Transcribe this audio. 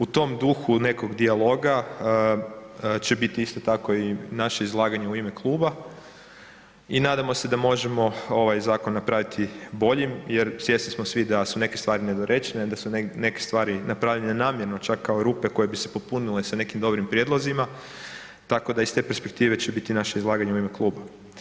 U tom duhu nekog dijaloga će biti isto tako i naše izlaganje u ime kluba i nadamo se da možemo ovaj zakon napraviti boljim jer svjesni smo svi da su neke stvari nedorečene, da su neke stvari napravljene namjerno čak kao rupe koje bi se popunile sa nekim dobrim prijedlozima, tako da iz te perspektive će biti naše izlaganje u ime kluba.